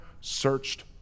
searched